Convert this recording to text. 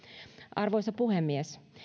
arvoisa puhemies